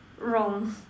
wrong